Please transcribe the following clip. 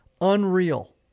unreal